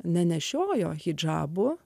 nenešiojo hidžabo